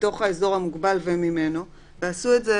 בתוך האזור מוגבל וממנו ועשו את זה